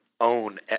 own